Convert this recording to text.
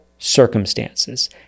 circumstances